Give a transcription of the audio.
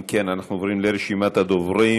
אם כן, אנחנו עוברים לרשימת הדוברים.